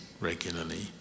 regularly